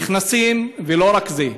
נכנסים, ולא רק זה,